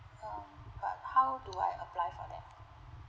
um but how do I apply for them